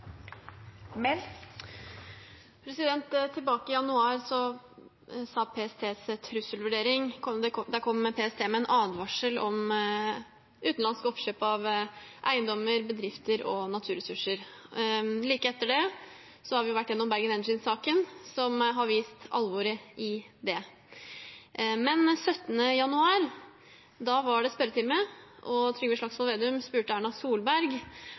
Mehl – til oppfølgingsspørsmål. Tilbake i januar kom PST i sin trusselvurdering med en advarsel om utenlandske oppkjøp av eiendommer, bedrifter og naturressurser. Like etter det var vi gjennom Bergen Engines-saken, som har vist alvoret i det. Den 17. januar var det spørretime, og Trygve Slagsvold Vedum spurte Erna Solberg